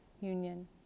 union